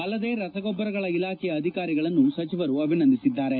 ಅಲ್ಲದೆ ರಸಗೊಬ್ಬರಗಳ ಇಲಾಖೆಯ ಅಧಿಕಾರಿಗಳನ್ನೂ ಸಚಿವರು ಅಭಿನಂದಿಸಿದ್ದಾರೆ